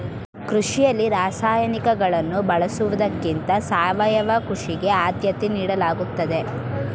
ಕೃಷಿಯಲ್ಲಿ ರಾಸಾಯನಿಕಗಳನ್ನು ಬಳಸುವುದಕ್ಕಿಂತ ಸಾವಯವ ಕೃಷಿಗೆ ಆದ್ಯತೆ ನೀಡಲಾಗುತ್ತದೆ